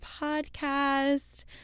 podcast